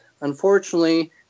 unfortunately